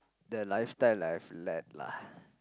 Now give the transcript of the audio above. the lifestyle that I have lead lah